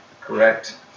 correct